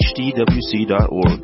hdwc.org